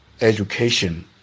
education